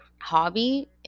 hobby